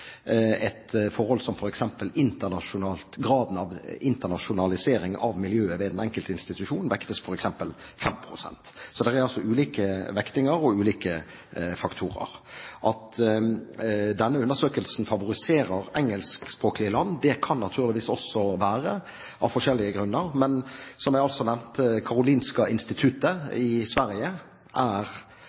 Et forhold som f.eks. graden av internasjonalisering av miljøet ved den enkelte institusjon vektes med 5 pst. Det er altså ulike vektinger og ulike faktorer. Det kan naturligvis være at denne undersøkelsen favoriserer engelskspråklige land av forskjellige grunner. Men som jeg nevnte, Karolinska Institutet i Sverige